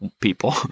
people